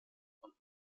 und